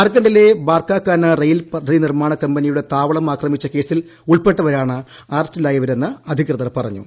ജാർഖണ്ഡിലെ ബാർകാകാനാ റെയിൽ പദ്ധതി നിർമ്മാണ കമ്പനിയുടെ താവളം ആക്രമിച്ച കേസിൽ ഉൾപ്പെട്ടവരാണ് അറസ്റ്റിലായവരാണെന്ന് അധികൃതർ പറഞ്ഞു